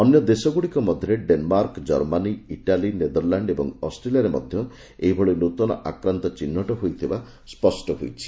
ଅନ୍ୟଦେଶଗୁଡିକ ମଧ୍ୟରେ Denmark Germany Italy Netherland ଏବଂ ଅଷ୍ଟ୍ରେଲିଆରେ ମଧ୍ୟ ଏହିଭଳି ନ୍ତନ ଆକାନ୍ତ ଚିହ୍ରଟ ହୋଇଥିବା ସ୍ୱଷ୍ଟ ହୋଇଛି